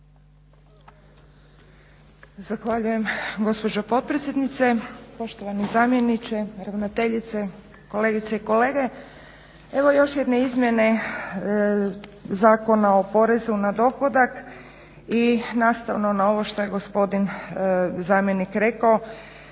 Zahvaljujem gospođo potpredsjednice. Poštovani zamjeniče, ravnateljice, kolegice i kolege. Evo još jedne izmjene Zakona o porezu na dohodak i nastavno na ovo što je gospodin zamjenik rekao,